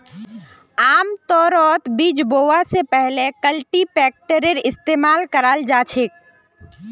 आमतौरत बीज बोवा स पहले कल्टीपैकरेर इस्तमाल कराल जा छेक